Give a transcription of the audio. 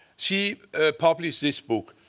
she published this book.